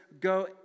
go